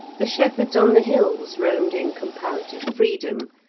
the shepherds on the hills roamed in comparative freedom,